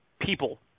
people